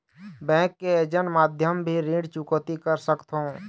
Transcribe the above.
Bank के agent माध्यम भी ऋण चुकौती कर सकथों?